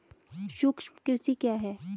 सूक्ष्म कृषि क्या है?